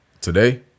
Today